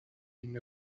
une